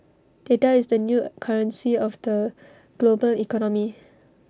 data is the new currency of the global economy